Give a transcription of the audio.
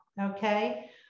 okay